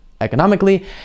economically